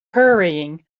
hurrying